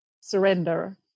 surrender